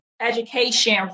education